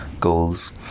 goals